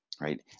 Right